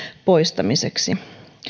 poistamiseksi